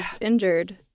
injured